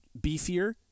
beefier